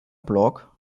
blog